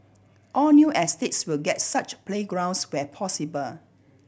all new estates will get such playgrounds where possible